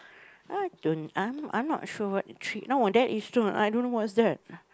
I don't I'm I'm not sure what tree no that is I don't know what's that